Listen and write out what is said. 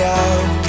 out